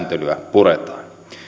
puretaan